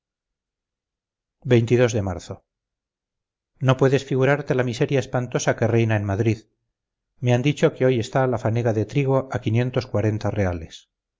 escribiera de marzo no puedes figurarte la miseria espantosa que reina en madrid me han dicho que hoy está la fanega de trigo a reales